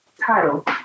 title